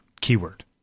keyword